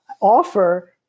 offer